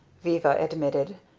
viva admitted.